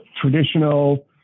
traditional